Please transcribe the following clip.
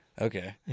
Okay